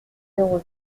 zéro